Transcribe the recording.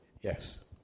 yes